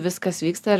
viskas vyksta